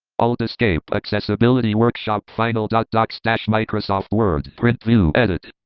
alt escape accessibility workshop final dot docs dash microsoft word, print view, edit,